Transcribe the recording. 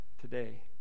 today